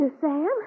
Sam